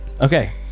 Okay